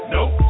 Nope